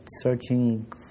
searching